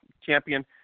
champion